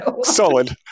Solid